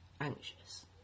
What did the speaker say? anxious